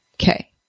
Okay